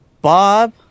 Bob